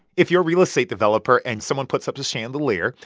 if you're real estate developer and someone puts up the chandelier,